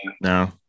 no